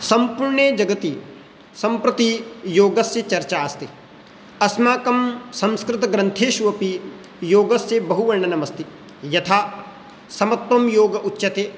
सम्पूर्णे जगति सम्प्रति योगस्य चर्चा अस्ति अस्माकं संस्कृतग्रन्थेषु अपि योगस्य बहुवर्णनमस्ति यथा समत्त्वं योगः उच्यते